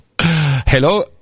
hello